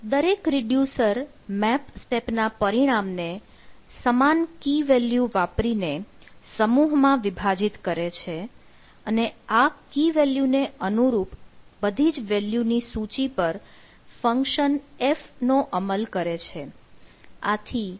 દરેક reducer map step ના પરિણામ ને સમાન કી વેલ્યુ વાપરીને સમૂહમાં વિભાજિત કરે છે અને આ કી વેલ્યુ ને અનુરૂપ બધી જ વેલ્યુ ની સુચી પર ફ઼ંક્શન f નો અમલ ક્રે છે